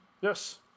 Yes